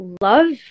love